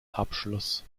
abschluss